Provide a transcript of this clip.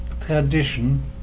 tradition